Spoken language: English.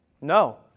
No